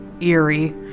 eerie